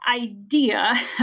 idea